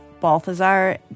Balthazar